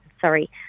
sorry